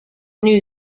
new